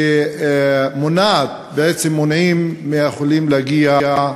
שמונעים מהחולים להגיע,